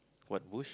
what bush